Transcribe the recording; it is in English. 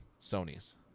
Sony's